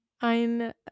Ein